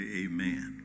amen